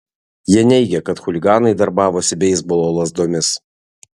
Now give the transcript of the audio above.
jie neigė kad chuliganai darbavosi beisbolo lazdomis